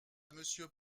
monsieur